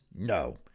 No